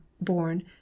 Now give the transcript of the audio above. born